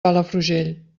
palafrugell